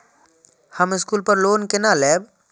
हम स्कूल पर लोन केना लैब?